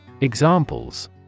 Examples